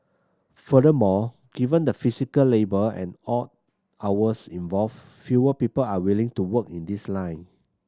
furthermore given the physical labour and odd hours involved fewer people are willing to work in this line